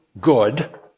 good